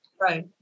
Right